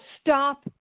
stop